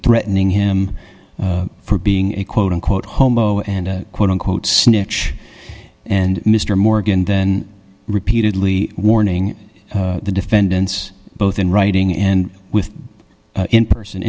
threatening him for being a quote unquote homo and quote unquote snitch and mr morgan then repeatedly warning the defendants both in writing and with in person